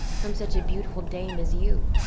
from such a beautiful dame as you.